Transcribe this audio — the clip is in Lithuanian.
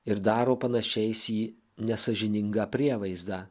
ir daro panašiais į nesąžiningą prievaizdą